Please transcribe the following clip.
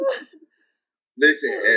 listen